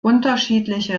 unterschiedliche